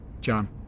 John